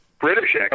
British